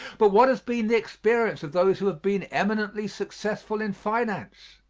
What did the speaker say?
but what has been the experience of those who have been eminently successful in finance?